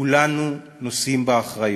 כולנו נושאים באחריות.